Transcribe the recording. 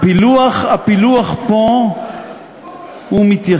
הוא מסיר את